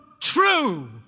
true